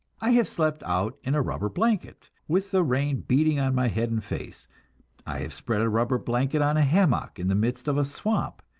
i have slept out in a rubber blanket, with the rain beating on my head and face i have spread a rubber blanket on a hummock in the midst of a swamp,